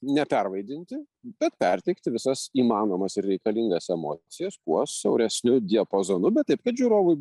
nepervaidinti bet perteikti visas įmanomas ir reikalingas emocijas kuo siauresniu diapazonu bet taip kad žiūrovui